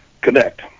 connect